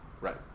Right